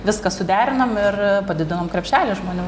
viską suderinom ir padidinom krepšelį žmonių